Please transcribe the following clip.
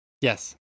Yes